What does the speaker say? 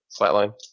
flatline